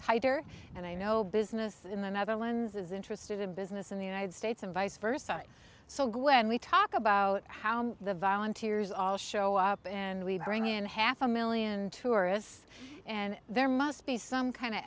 tighter and i know business in the netherlands is interested in business in the united states and vice versa so when we talk about how the volunteers all show up and we bring in half a million tourists and there must be some kind of